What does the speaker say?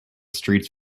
streets